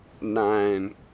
Nine